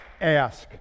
ask